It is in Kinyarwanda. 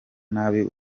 nabi